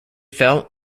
fell